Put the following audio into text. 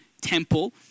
temple